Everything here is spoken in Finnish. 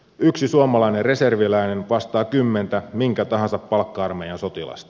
yksi suomalainen reserviläinen vastaa kymmentä minkä tahansa palkka armeijan sotilasta